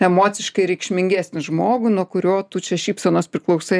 emociškai reikšmingesnį žmogų nuo kurio tu čia šypsenos priklausai